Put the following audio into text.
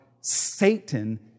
Satan